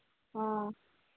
ꯑ